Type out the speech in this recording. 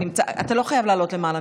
אתה לא חייב לעלות למעלה,